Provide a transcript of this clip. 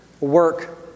work